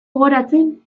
gogoratzen